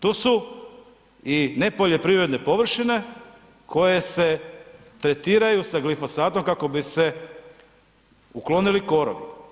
Tu su i nepoljoprivredne površine koje se tretiraju sa glifosatom kako bi se uklonili korovi.